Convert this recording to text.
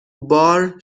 بار